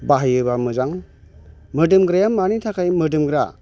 बाहायोबा मोजां मोदोमग्राया मानि थाखाय मोदोमग्रा